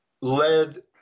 led